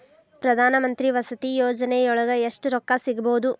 ಪ್ರಧಾನಮಂತ್ರಿ ವಸತಿ ಯೋಜನಿಯೊಳಗ ಎಷ್ಟು ರೊಕ್ಕ ಸಿಗಬೊದು?